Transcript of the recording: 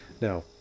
Now